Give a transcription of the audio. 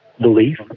belief